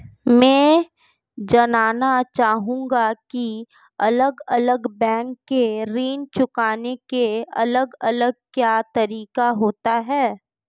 मैं जानना चाहूंगा की अलग अलग बैंक के ऋण चुकाने के अलग अलग क्या तरीके होते हैं?